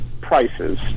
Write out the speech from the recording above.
prices